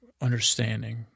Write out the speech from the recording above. understanding